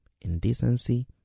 indecency